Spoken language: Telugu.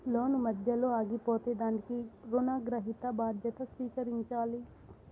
లోను మధ్యలో ఆగిపోతే దానికి రుణగ్రహీత బాధ్యతగా స్వీకరించాలి